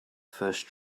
first